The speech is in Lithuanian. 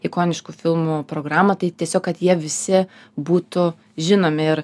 ikoniškų filmų programą tai tiesiog kad jie visi būtų žinomi ir